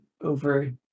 over